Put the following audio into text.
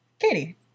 Katie